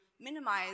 minimize